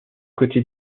côtés